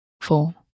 four